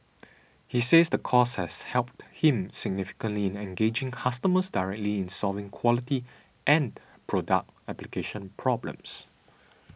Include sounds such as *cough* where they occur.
*noise* he says the course has helped him significantly in engaging customers directly in solving quality and product application problems